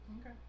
okay